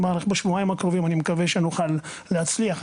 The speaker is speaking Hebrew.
אני מאריך שבשבועיים הקרובים נוכל להצליח.